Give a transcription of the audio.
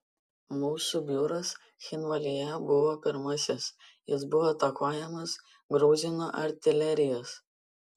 mūsų biuras cchinvalyje buvo pirmasis jis buvo atakuojamas gruzinų artilerijos